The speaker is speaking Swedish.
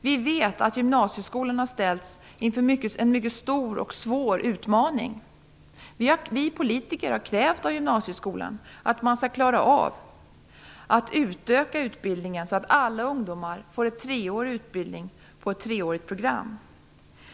Vi vet att gymnasieskolan har ställts inför en mycket stor och svår utmaning. Vi politiker har krävt av gymnasieskolan att den skall klara av att utöka utbildningen, så att alla ungdomar får en treårig utbildning på ett treårigt program.